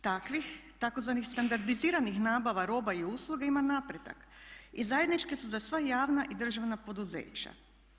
Takvih, tzv. standardiziranih nabava roba i usluga ima napredak i zajedničke su za sva javna i državna poduzeća.